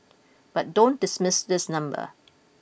but don't dismiss this number